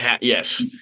yes